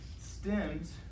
stems